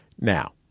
now